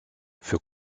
für